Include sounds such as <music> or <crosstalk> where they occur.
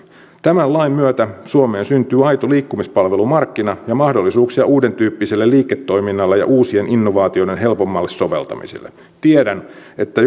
tämän lain myötä suomeen syntyy aito liikkumispalvelumarkkina ja mahdollisuuksia uudentyyppiselle liiketoiminnalle ja uusien innovaatioiden helpommalle soveltamiselle tiedän että <unintelligible>